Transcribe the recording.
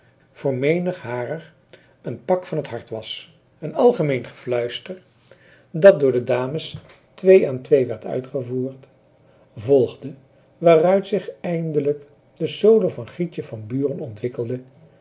voor menig harer een pak van t hart was een algemeen gefluister dat door de dames twee aan twee werd uitgevoerd volgde waaruit zich eindelijk de solo van grietje van buren ontwikkelde